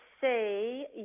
say